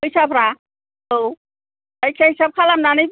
फैसाफ्रा औ जायखिजाया हिसाब खालामनानै